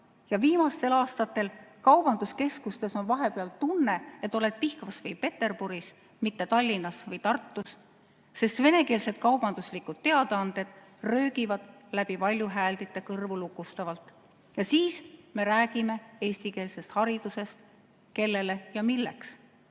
Viimastel aastatel on kaubanduskeskustes vahepeal tunne, et oled Pihkvas või Peterburis, mitte Tallinnas või Tartus, sest venekeelsed kaubanduslikud teadaanded röögivad läbi valjuhääldite kõrvulukustavalt. Ja siis me räägime eestikeelsest haridusest! Kellele ja milleks? Lappama